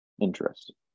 interesting